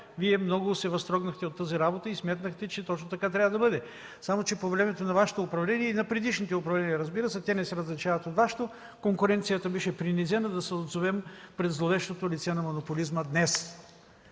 Вие много се възторгнахте от тази работа и сметнахте, че точно така трябва да бъде. Само че по времето на Вашето управление и на предишните управления, разбира се, те не се различават от Вашето, конкуренцията беше принизена, за да се озовем пред зловещото лице на монополизма днес.